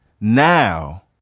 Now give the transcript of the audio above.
now